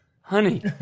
honey